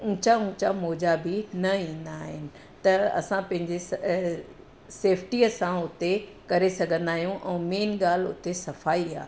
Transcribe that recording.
ऊचा ऊचा मौजा बि न ईंदा आहिनि त असां पंहिंजे स सेफ्टीअ सां उते करे सघंदा आहियूं ऐं मेन ॻाल्हि उते सफ़ाई आहे